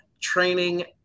training